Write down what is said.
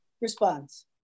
response